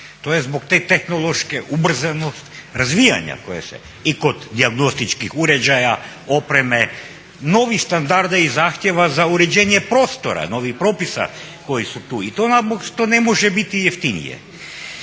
To je zbog te tehnološke ubrzanog razvijanja koje se i kod dijagnostičkih uređaja, opreme, novih standarda i zahtjeva za uređenje prostora, novih propisa koji su tu i to zbog toga ne može biti jeftinije.